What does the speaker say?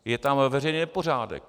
Je tam veřejný nepořádek.